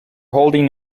holding